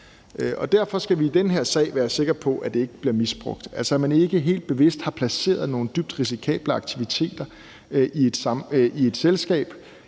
Derfor skal vi i den her sag være sikre på, at det ikke bliver misbrugt, altså at man ikke helt bevidst har placeret nogle dybt risikable aktiviteter i et selskab